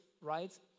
right